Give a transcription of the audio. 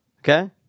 Okay